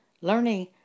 learning